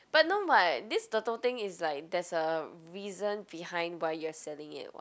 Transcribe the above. but no [what] this the toting is like there's a reason behind why you are selling it [what]